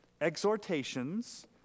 exhortations